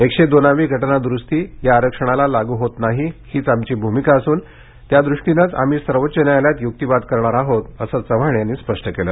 एकशे दोनावी घटनाद्रुस्ती या आरक्षणाला लागू होत नाही हीच आमची भूमिका असून त्या दृष्टीनंच आम्ही सर्वोच्च न्यायालयात युक्तिवाद करणार आहोत असं चव्हाण यांनी स्पष्ट केलं